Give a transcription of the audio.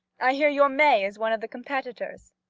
i hear your may is one of the competitors.